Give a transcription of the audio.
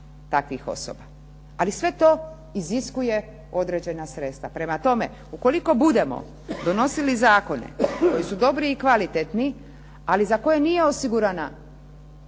takvih osoba. Ali sve to iziskuje određena sredstva. Prema tome ukoliko budemo donosili zakone koji su dobri i kvalitetni, ali za koje nije osigurana